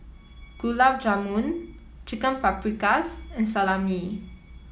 Gulab Jamun Chicken Paprikas and Salami